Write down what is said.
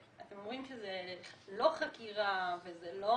אתם אומרים שזו לא חקירה וזו לא